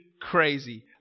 crazy